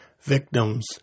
victims